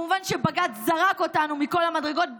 וכמובן שבג"ץ זרק אותנו מכל המדרגות,